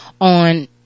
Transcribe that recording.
on